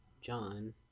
john